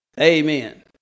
Amen